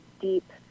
deep